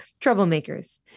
troublemakers